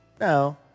No